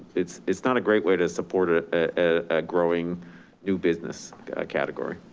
it's it's not a great way to support ah a growing new business category.